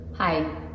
Hi